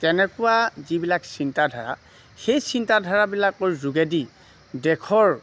তেনেকুৱা যিবিলাক চিন্তাধাৰা সেই চিন্তা ধাৰাবিলাকৰ যোগেদি দেশৰ